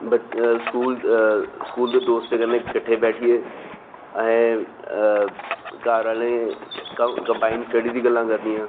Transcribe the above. बच्चे school school दे दोस्तें कन्नै किट्ठे बैठियै असें घर आह्लें कंबाइन स्टड्डी दियां गल्लां करनियां